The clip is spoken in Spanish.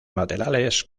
laterales